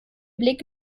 blick